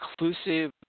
inclusive